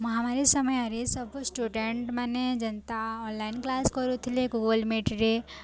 ମହାମାରୀ ସମୟରେ ସବୁ ଷ୍ଟୁଡ଼େଣ୍ଟ୍ ମାନେ ଯେନ୍ତା ଅନଲାଇନ୍ କ୍ଲାସ୍ କରୁଥିଲେ ଗୁଗଲ୍ ମିଟ୍ରେ